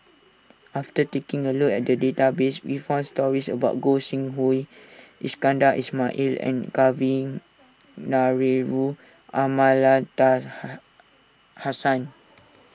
after taking a look at the database we found stories about Gog Sing Hooi Iskandar Ismail and Kavignareru